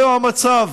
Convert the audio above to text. זהו המצב